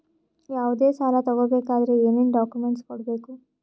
ಯಾವುದೇ ಸಾಲ ತಗೊ ಬೇಕಾದ್ರೆ ಏನೇನ್ ಡಾಕ್ಯೂಮೆಂಟ್ಸ್ ಕೊಡಬೇಕು?